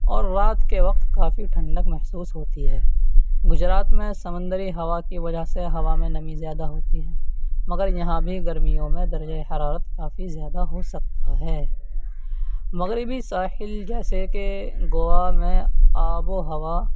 اور رات کے وقت کافی ٹھنڈک محسوس ہوتی ہے گجرات میں سمندری ہوا کی وجہ سے ہوا میں نمی زیادہ ہوتی ہے مگر یہاں بھی گرمیوں میں درجۂ حرارت کافی زیادہ ہو سکتا ہے مغربی ساحل جیسے کہ گوا میں آب و ہوا